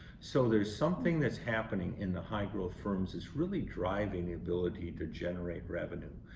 so there's something that's happening in the high-growth firms is really driving the ability to generate revenue.